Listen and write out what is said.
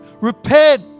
repent